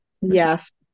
Yes